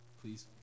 please